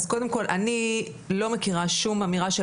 אז קודם כל אני לא מכירה שום אמירה של